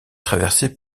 traversé